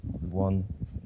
one